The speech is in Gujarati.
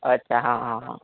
અચ્છા હા હા હા